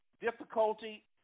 difficulty